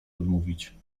odmówić